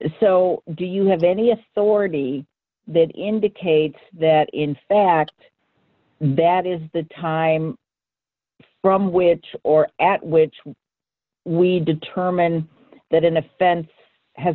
so do you have any authority that indicates that in fact that is the time from which or at which we determine that an offense has